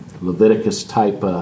Leviticus-type